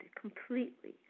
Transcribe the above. completely